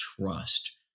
trust